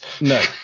No